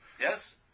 Yes